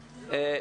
הספר.